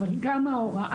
אבל גם ההוראה,